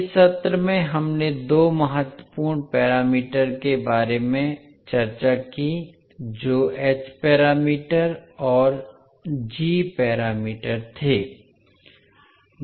इस सत्र में हमने दो महत्वपूर्ण पैरामीटर के बारे में चर्चा की जो h पैरामीटर और g पैरामीटर थे